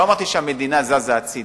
לא אמרתי שהמדינה זזה הצדה.